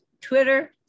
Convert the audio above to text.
Twitter